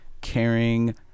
caring